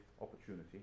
opportunity